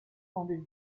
rendez